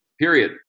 period